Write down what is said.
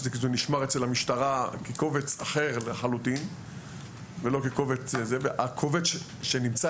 שזה נשמר אצל המשטרה כקובץ אחר לחלוטין והשני הוא שהקובץ שנמצא